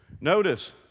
Notice